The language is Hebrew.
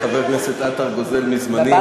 וחבר הכנסת עטר גוזל מזמני.